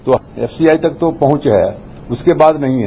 तो एफसीआई तक तो पहुंचा है उसके बाद नहीं है